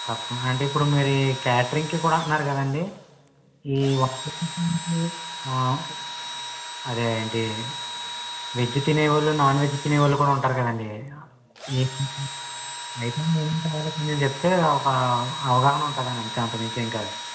తప్పకుండా అండి ఇప్పుడు మరి క్యాటరింగ్కి కూడా అంటన్నారు కదండి ఈ అదే ఏంటి వెజ్ తినేవాళ్ళు నాన్ వెజ్ తినేవాళ్ళు కూడా ఉంటారు కదండి చెప్తే ఒక అవగాహన ఉంటుంది అని అంతే అంతకుమించి ఏం కాదు